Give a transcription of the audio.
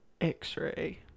x-ray